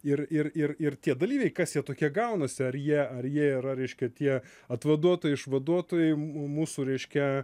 ir ir ir ir tie dalyviai kas jie tokie gaunasi ar jie ar jie yra reiškia tie atvaduotojai išvaduotojai mūsų reiškia